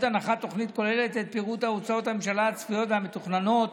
הנחת תוכנית הכוללת את פירוט הוצאות הממשלה הצפויות והמתוכננות